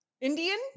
Indian